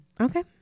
okay